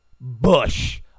Bush